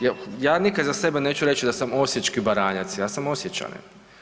Ja nikad za sebe neću reći da sam osječki Baranjac, ja sam Osječanin.